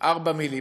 ארבע מילים.